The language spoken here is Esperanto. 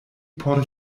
por